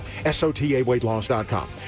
SOTAweightloss.com